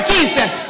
Jesus